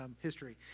history